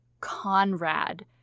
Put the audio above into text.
Conrad